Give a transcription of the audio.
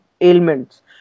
ailments